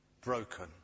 broken